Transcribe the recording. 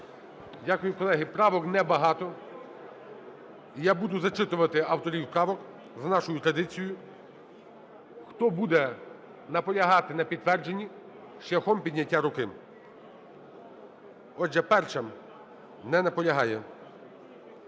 Дякую. Колеги, правок небагато, і я буду зачитувати авторів правок за нашою традицією. Хто буде наполягати на підтвердженні – шляхом підняття руки. Отже, 1-а. Не наполягає.